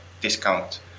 discount